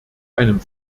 einem